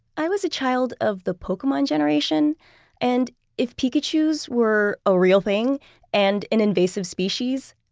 i was a child of the pokemon generation and if pikachus were a real thing and an invasive species,